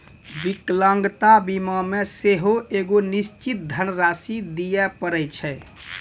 विकलांगता बीमा मे सेहो एगो निश्चित धन राशि दिये पड़ै छै